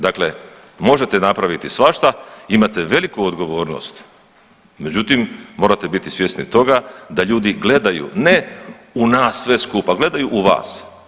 Dakle, možete napraviti svašta, imate veliku odgovornost, međutim morate biti svjesni toga da ljudi gledaju u nas sve skupa, gledaju u vas.